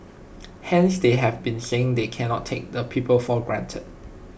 hence they have been saying they cannot take the people for granted